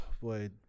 boy